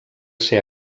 ser